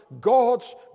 God's